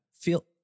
Feel